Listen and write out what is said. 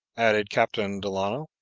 added captain delano,